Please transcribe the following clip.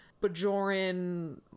Bajoran